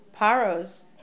Paro's